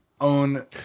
own